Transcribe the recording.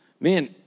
man